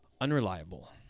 unreliable